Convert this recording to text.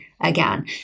again